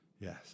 Yes